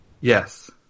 Yes